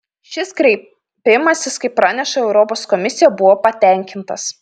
šis kreipimasis kaip praneša europos komisija buvo patenkintas